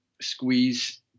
squeeze